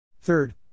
Third